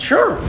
Sure